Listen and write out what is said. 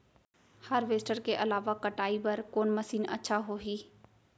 Harvester के अलावा कटाई बर कोन मशीन अच्छा होही?